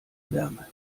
wärme